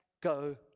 go